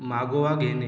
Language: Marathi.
मागोवा घेणे